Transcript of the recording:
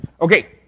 okay